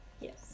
yes